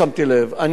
אני אומר את זה,